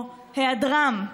או היעדרם.